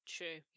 True